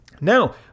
now